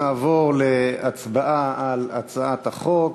נעבור להצבעה על הצעת החוק.